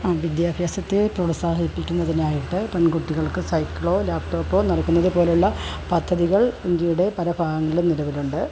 ആ വിദ്യാഭ്യാസത്തെ പ്രോത്സാഹിപ്പിക്കുന്നതിനായിട്ട് പെൺകുട്ടികൾക്ക് സൈക്കിളോ ലാപ്ടോപ്പോ നൽകുന്നത് പോലുള്ള പദ്ധതികൾ ഇന്ത്യയുടെ പല ഭാഗങ്ങളിൽ നിലവിലുണ്ട്